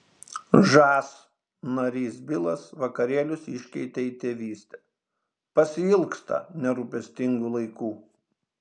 žas narys bilas vakarėlius iškeitė į tėvystę pasiilgsta nerūpestingų laikų